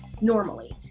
normally